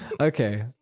Okay